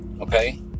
Okay